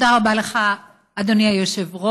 תודה רבה לך, אדוני היושב-ראש.